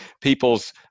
people's